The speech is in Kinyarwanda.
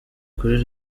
kuri